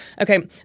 Okay